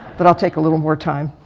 but i'll take a little more time.